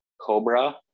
Cobra